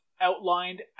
outlined